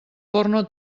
porno